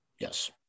Yes